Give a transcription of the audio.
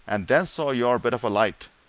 and then saw your bit of a light.